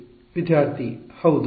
ವಿದ್ಯಾರ್ಥಿ ಹೌದು